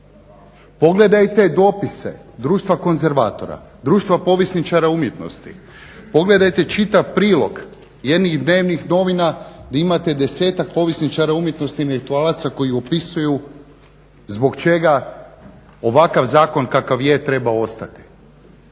Pogledajte dopise Društva konzervatora, Društva povjesničara umjetnosti, pogledajte čitav prilog jednih dnevnih novina gdje imate desetak povjesničara umjetnosti intelektualaca koji opisuju zbog čega ovakav zakon kakav je treba ostati.